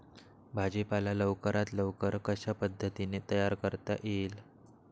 भाजी पाला लवकरात लवकर कशा पद्धतीने तयार करता येईल?